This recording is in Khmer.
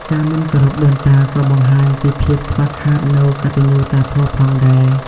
ការមិនគោរពដូនតាក៏បង្ហាញពីភាពខ្វះខាតនូវកតញ្ញូតាធម៌ផងដែរ។